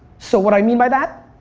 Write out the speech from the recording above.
so what i mean by that,